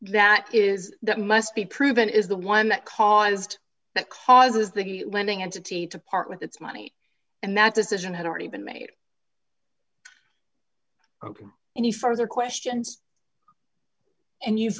that is that must be proven is the one that caused that causes the lending entity to part with its money and that decision had already been made ok any further questions and you've